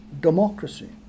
democracy